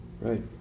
Right